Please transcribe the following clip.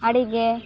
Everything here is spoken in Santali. ᱟᱹᱰᱤᱜᱮ